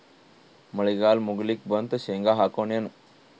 ಮಳಿಗಾಲ ಮುಗಿಲಿಕ್ ಬಂತು, ಶೇಂಗಾ ಹಾಕೋಣ ಏನು?